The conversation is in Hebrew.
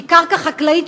שהיא קרקע חקלאית,